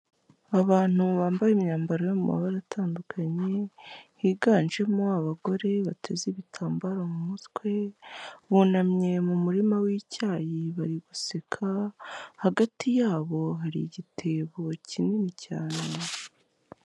Abantu bambaye imyambaro yo mu mabara atandukanye higanjemo abagore bateze ibitambaro mu mutwe, bunamye mu murima w'icyayi bari guseka, hagati yabo hari igitebo kinini cyane.